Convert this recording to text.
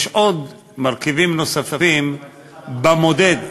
יש מרכיבים נוספים במודד.